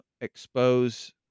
expose